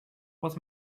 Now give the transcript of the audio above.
was